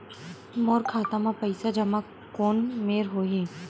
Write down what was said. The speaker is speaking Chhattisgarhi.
मोर खाता मा पईसा जमा कोन मेर होही?